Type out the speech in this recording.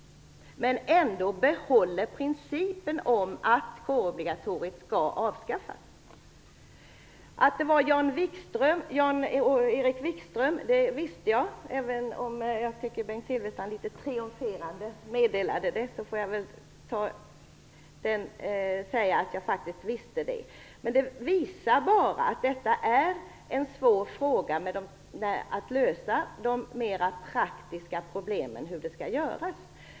Ni kan ändå behålla principen om att kårobligatoriet skall avskaffas. Jag tycker att Bengt Silfverstrand litet triumferande meddelade Jan-Erik Wikströms åsikt. Den kände jag faktiskt till. Detta visar bara att det här är en svår fråga. Det är svårt att lösa de praktiska problemen.